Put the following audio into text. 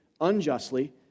unjustly